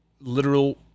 literal